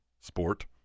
sport